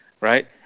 Right